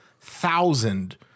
thousand